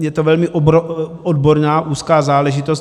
Je to velmi odborná úzká záležitost.